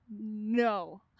no